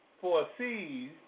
foresees